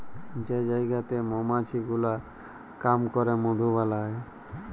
যে জায়গাতে মমাছি গুলা কাম ক্যরে মধু বালাই